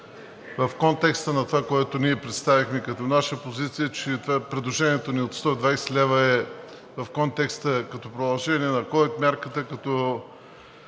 в контекста на това, което ние представихме като наша позиция – че предложението ни за 120 лв. е в контекста като продължение на ковид мярката като